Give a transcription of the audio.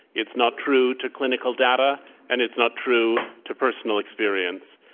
it's not true to clinical data and it's not true to personal experience.